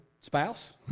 spouse